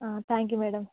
thank you madam